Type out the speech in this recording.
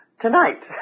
Tonight